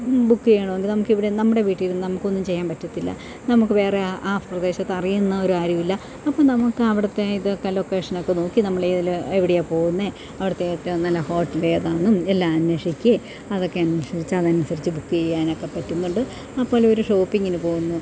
book ചെയ്യണമെങ്കിൽ നമുക്കിവിടെ നമ്മുടെ വീട്ടിലിരുന്ന് നമുക്കൊന്നും ചെയ്യാൻ പറ്റത്തില്ല നമുക്കു വേറെ ആ ആ പ്രദേശത്ത് അറിയുന്നവരാരും ഇല്ല അപ്പോൾ നമുക്ക് അവിടെത്തേയിതൊക്കെ ലൊക്കേഷനൊക്കെ നോക്കി നമ്മളേതെല്ലാം എവിടെയാണ് പോകുന്നത് അവിടുത്തെ ഏറ്റവും നല്ല ഹോട്ടൽ ഏതാണെന്നും എല്ലാം അന്വീഷിക്കുകയും അതൊക്കെ അന്വേഷിച്ച് അതനുസരിച്ച് ബുക്ക് ചെയ്യാനൊക്കെ പറ്റുന്നുണ്ട് അപ്പോഴൊരു ഷോപ്പിങ്ങിനു പോകുന്നു